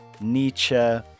Nietzsche